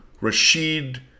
Rashid